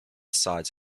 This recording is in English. sides